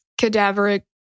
cadaveric